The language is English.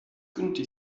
county